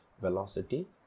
velocity